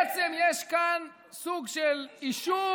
בעצם יש כאן סוג של אישור.